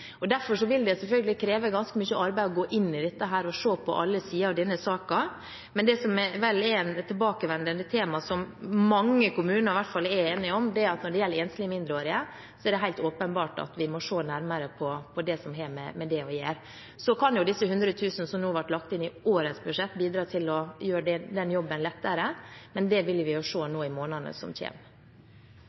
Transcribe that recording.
Derfor vil det selvfølgelig kreve ganske mye arbeid å gå inn i dette og se på alle sider av denne saken. Men det som vel er et tilbakevendende tema – som mange kommuner i hvert fall er enige om – er at det er helt åpenbart at vi må se nærmere på det som har med enslige mindreårige å gjøre. Så kan disse 100 000 kr som ble lagt inn i årets budsjett, bidra til å gjøre den jobben lettere, men det vil vi se i månedene som